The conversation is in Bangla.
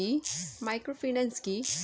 মাইক্রোফিন্যান্স কি?